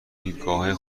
دیدگاههای